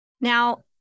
Now